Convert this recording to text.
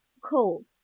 cold